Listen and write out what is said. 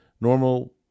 normal